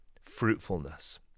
fruitfulness